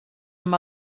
amb